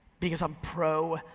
because i'm pro-operator,